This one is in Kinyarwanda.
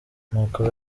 nuko